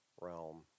realm